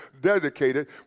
dedicated